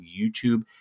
YouTube